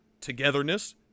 togetherness